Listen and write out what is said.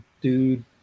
dude